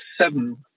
seven